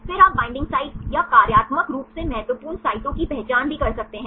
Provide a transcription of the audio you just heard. फिर आप बॉन्डिंग साइटों या कार्यात्मक रूप से महत्वपूर्ण साइटों की पहचान भी कर सकते हैं